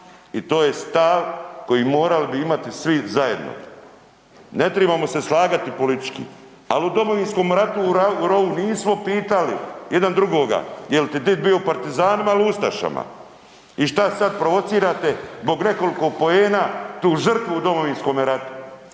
i to je stav koji morali bi imati svi zajedno. Ne tribamo se slagati politički, al u Domovinskom ratu u rovu nismo pitali jedan drugoga jel ti did bio u partizanima il ustašama. I šta sad provocirate zbog nekoliko poena tu žrtvu u Domovinskome ratu.